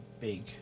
big